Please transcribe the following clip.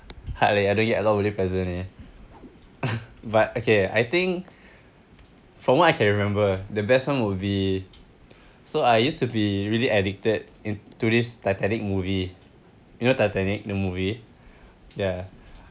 hard leh I don't get a lot of birthday present leh but okay I think from what I can remember the best one will be so I used to be really addicted in to this titanic movie you know titanic the movie ya